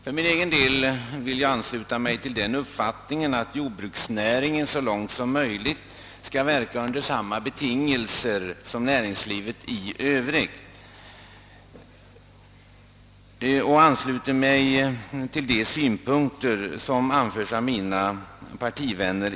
För min egen del vill jag deklarera den uppfattningen att jordbruksnäringen så långt som möjligt bör få verka under samma betingelser som näringslivet i övrigt, och jag ansluter mig till de synpunkter som därvidlag anförts av mina partivänner.